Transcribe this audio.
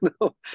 no